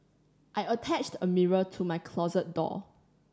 I attached a mirror to my closet door